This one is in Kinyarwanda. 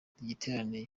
igiterane